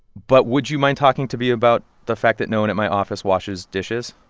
but would you mind talking to me about the fact that no one at my office washes dishes?